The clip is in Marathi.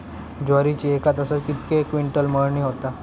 ज्वारीची एका तासात कितके क्विंटल मळणी होता?